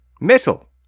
Metal